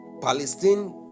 Palestine